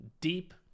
deep